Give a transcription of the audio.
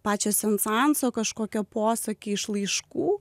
pačio sensanso kažkokio posakiai iš laiškų